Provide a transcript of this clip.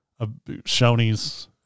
Shoney's